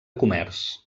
comerç